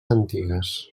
antigues